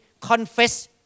confess